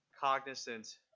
cognizant